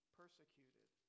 persecuted